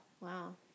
Wow